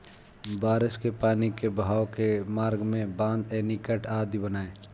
बारिश के पानी के बहाव के मार्ग में बाँध, एनीकट आदि बनाए